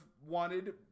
wanted